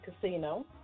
Casino